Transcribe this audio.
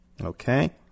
Okay